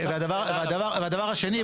והדבר השני,